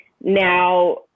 now